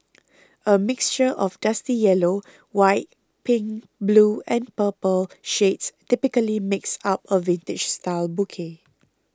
a mixture of dusty yellow white pink blue and purple shades typically makes up a vintage style bouquet